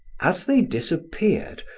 as they disappeared,